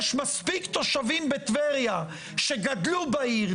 יש מספיק תושבים בטבריה שגדלו בעיר,